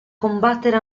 combattere